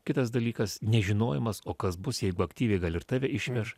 kitas dalykas nežinojimas o kas bus jeigu aktyviai gal ir tave išveš